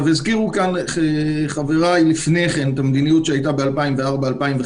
הזכירו כאן חבריי את המדיניות שהייתה ב-2005-2004.